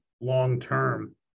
long-term